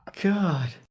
god